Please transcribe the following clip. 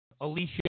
Alicia